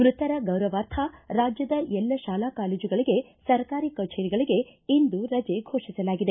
ಮೃತರ ಗೌರವಾರ್ಥ ರಾಜ್ಯದ ಎಲ್ಲ ಶಾಲಾ ಕಾಲೇಜುಗಳಿಗೆ ಸರ್ಕಾರಿ ಕಚೇರಿಗಳಿಗೆ ಇಂದು ರಜೆ ಫೋಷಿಸಲಾಗಿದೆ